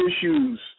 issues